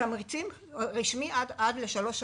תמריצים - רשמי עד לשלוש שנים.